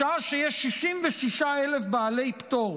בשעה שיש 66,000 בעלי פטור,